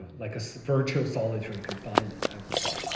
like a so virtual solitary confinement. i would say,